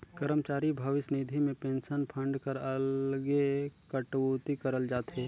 करमचारी भविस निधि में पेंसन फंड कर अलगे कटउती करल जाथे